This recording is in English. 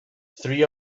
three